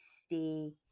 stay